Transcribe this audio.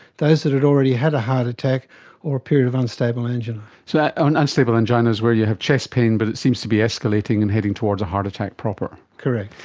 those who had already had a heart attack or a period of unstable angina. so and unstable angina is where you have chest pain but it seems to be escalating and heading towards a heart attack proper. correct.